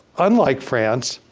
unlike france,